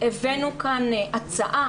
הבאנו לכאן הצעה,